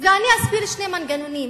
ואני אסביר שני מנגנונים.